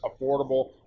affordable